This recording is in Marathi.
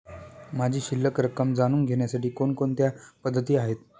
माझी शिल्लक रक्कम जाणून घेण्यासाठी कोणकोणत्या पद्धती आहेत?